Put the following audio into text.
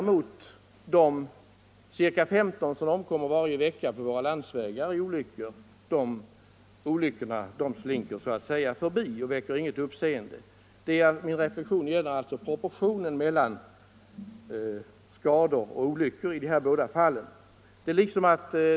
De olyckor på våra landsvägar som medför att 15 å 20 människor omkommer varje vecka däremot väcker inte något uppseende, utan så att säga bara slinker förbi. Min reflexion gäller alltså proportionen mellan skador och reaktion i det ena och i det andra av dessa båda fall.